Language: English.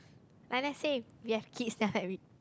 like let's say we have kids then after that we